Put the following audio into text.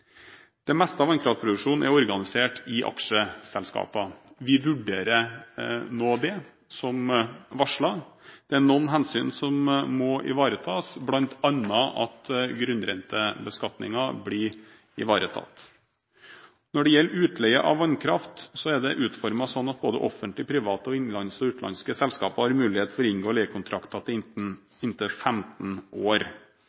Det meste av vannkraftproduksjonen er organisert i aksjeselskaper. Vi vurderer nå det, som varslet. Det er noen hensyn som må ivaretas, bl.a. at grunnrentebeskatningen blir ivaretatt. Ordningen for utleie av vannkraft er utformet slik at både offentlige og private, innenlandske og utenlandske selskaper, har mulighet for å inngå